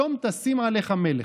שום תשים עליך מלך".